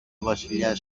βασιλιάς